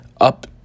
up